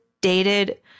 dated